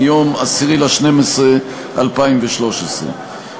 מיום 10 בדצמבר 2013,